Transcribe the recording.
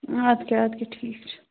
اَدٕ کیٛاہ اَدٕ کیٛاہ ٹھیٖک چھُ